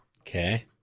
Okay